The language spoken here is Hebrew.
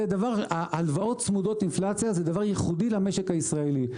והלוואות צמודות אינפלציה הן דבר ייחודי למשק הישראלי.